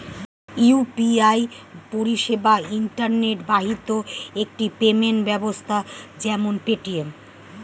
UPI পরিষেবা internet বাহিত একটি পেমেন্ট ব্যবস্থা যেমন পেটিএম